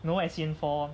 no as in for